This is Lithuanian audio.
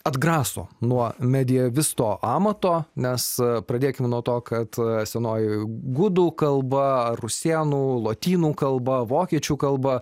atgraso nuo medievisto amato nes pradėkim nuo to kad senoji gudų kalba rusėnų lotynų kalba vokiečių kalba